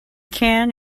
can